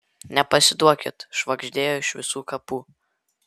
nepasiduokit švagždėjo iš visų kapų